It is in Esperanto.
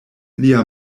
lia